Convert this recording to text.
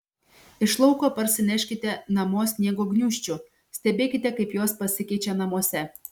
iš lauko parsineškite namo sniego gniūžčių stebėkite kaip jos pasikeičia namuose